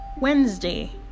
Wednesday